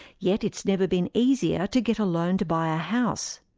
yet it's never been easier to get a loan to buy a house.